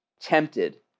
tempted